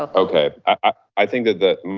ah okay. i think that